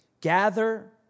gather